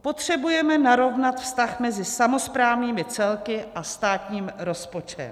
Potřebujeme narovnat vztah mezi samosprávnými celky a státním rozpočtem.